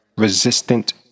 Resistant